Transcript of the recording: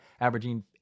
averaging